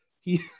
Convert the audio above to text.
he-